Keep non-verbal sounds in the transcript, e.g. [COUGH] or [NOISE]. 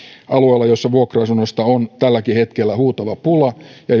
alueilla joilla vuokra asunnoista on tälläkin hetkellä huutava pula ja [UNINTELLIGIBLE]